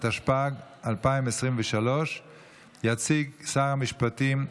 התשפ"ג 2023. יציג שר המשפטים,